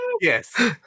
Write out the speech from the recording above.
Yes